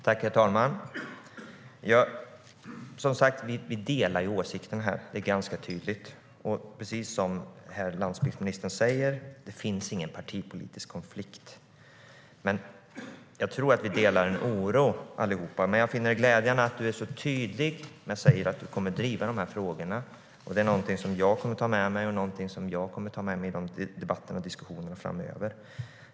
Herr talman! Det är ganska tydligt att vi delar åsikten. Precis som herr landsbygdsministern säger finns det inte någon partipolitisk konflikt. Men jag tror att vi allihop delar en oro. Jag finner det glädjande att du är så tydlig och säger att du kommer att driva de här frågorna. Det är någonting som jag kommer att ta med mig i debatterna och diskussionerna framöver.